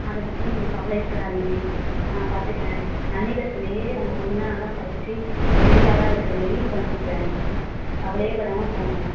அதைப்பத்தி நீங்க கவலையே படாதீங்க நான் பார்த்துக்கிறேன் நன்னிலத்துலயே உங்கள் பொண்ணு தான் நல்லாப் படிச்சு பெரிய ஆளாக இருக்குறமாரி பண்ணிவிடுறேன் கவலையே படாமல் போங்க